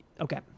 Okay